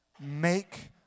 make